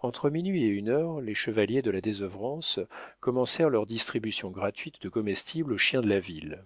entre minuit et une heure les chevaliers de la désœuvrance commencèrent leur distribution gratuite de comestibles aux chiens de la ville